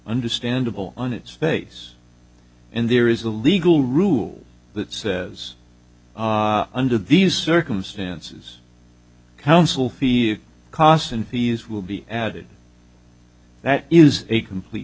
understandable on its face and there is a legal rule that says under these circumstances counsel fee cost and fees will be added that is a complete